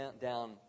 down